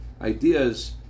ideas